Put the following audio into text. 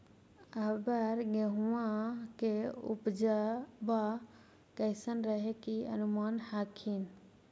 अबर गेहुमा के उपजबा कैसन रहे के अनुमान हखिन?